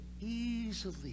easily